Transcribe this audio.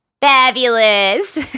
Fabulous